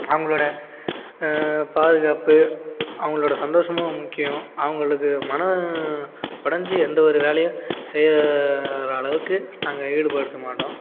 அவர்களோட பாதுகாப்பு அவர்களோட சந்தோஷமும் முக்கியம் அவர்களுக்கு மன உடஞ்சி எந்த ஒரு வேலையும் செய்கிற அளவுக்கு நாங்கள் ஈடுபடுத்த மாட்டோம்